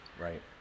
Right